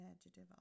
adjective